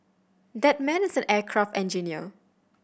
that man is an aircraft engineer